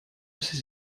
ses